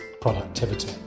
productivity